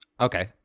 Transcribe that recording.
Okay